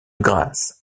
grâce